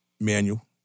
manual